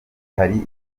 hari